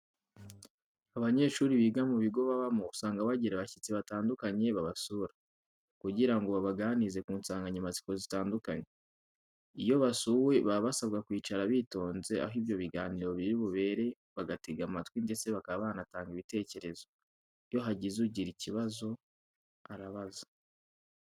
Abanyeshuri biga mu bigo babamo usanga bajyira abashyitsi bitandukanye babasura, kujyira ngo babaganirize ku nsanganyamatsiko zitandukanye. Iyo basuwe baba basabwa kwicara bitonze aho ibyo biganiro biri bubere bagatega amatwi ndetse bakaba banatanga ibitecyerezo. Iyo hajyize ujyira icyibazo arabaza.